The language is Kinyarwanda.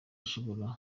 ushobora